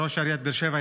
ראש עיריית באר שבע,